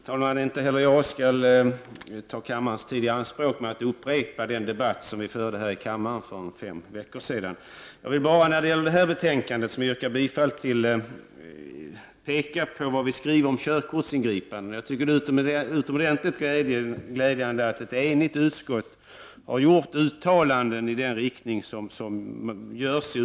Herr talman! Inte heller jag skall ta kammarens tid i anspråk med att upprepa den debatt som vi förde här i kammaren för fem veckor sedan. Jag vill bara yrka bifall till utskottets hemställan och peka på vad vi i betänkandet skriver om körkortsingripande. Det är utomordentligt glädjande att ett enigt utskott har gjort uttalanden av det slag som det gäller.